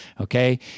Okay